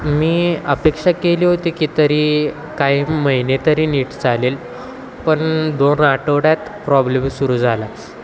मी अपेक्षा केली होती की तरी काही महिने तरी नीट चालेल पण दोन आठवड्यात प्रॉब्लेम सुरू झालाच